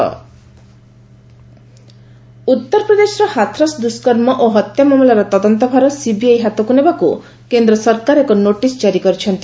CBI Hathras ଉତ୍ତରପ୍ରଦେଶର ହାଥରସ୍ ଦୁଷ୍କର୍ମ ଓ ହତ୍ୟା ମାମଲାର ତଦନ୍ତ ଭାର ସିବିଆଇ ହାତକୁ ନେବାକୁ କେନ୍ଦ୍ର ସରକାର ଏକ ନୋଟିସ୍ ଜାରି କରିଛନ୍ତି